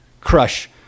crush